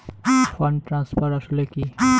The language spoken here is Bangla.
ফান্ড ট্রান্সফার আসলে কী?